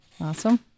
awesome